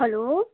hello